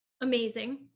Amazing